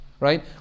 right